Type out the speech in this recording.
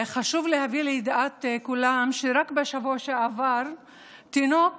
חשוב להביא לידיעת כולם שרק בשבוע שעבר תינוק